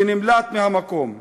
ונמלט מהמקום".